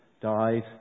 died